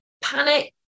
Panic